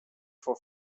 vor